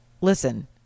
listen